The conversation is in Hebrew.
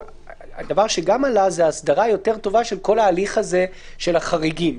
דבר שגם עלה זאת הסדרה יותר טובה של כל ההליך הזה של החריגים.